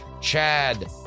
Chad